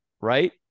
right